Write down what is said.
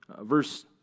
Verse